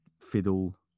fiddle